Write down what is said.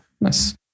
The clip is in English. Nice